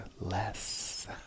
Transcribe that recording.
less